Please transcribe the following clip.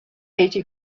été